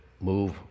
move